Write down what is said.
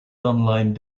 online